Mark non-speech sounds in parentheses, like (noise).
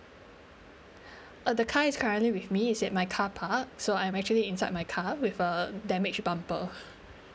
(breath) uh the car is currently with me it's at my carpark so I'm actually inside my car with a damaged bumper